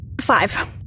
Five